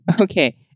Okay